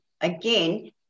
again